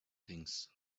things